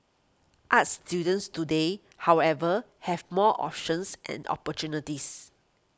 arts students today however have more options and opportunities